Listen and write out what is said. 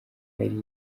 yari